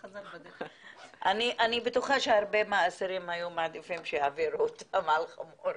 אני בטוחה שהרבה מהאסירים היו מעדיפים שיעבירו אותם על חמור.